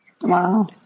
Wow